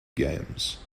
games